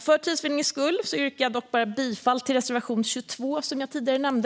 För tids vinnande yrkar jag bifall endast till reservation 22, som jag tidigare nämnde.